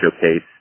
showcase